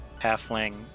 halfling